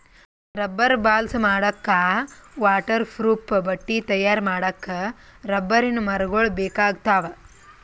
rubber balls ಮಾಡಕ್ಕಾ waterproof ಬಟ್ಟಿ ತಯಾರ್ ಮಾಡಕ್ಕ್ ರಬ್ಬರಿನ್ ಮರಗೊಳ್ ಬೇಕಾಗ್ತಾವ